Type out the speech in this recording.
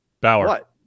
Bauer